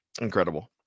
Incredible